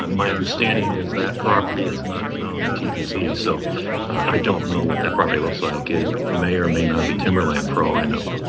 um my understanding is that property is not zoned tpz. so i don't know what that property looks like. it may or may not be timber land for all i know.